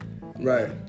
Right